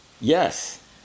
Yes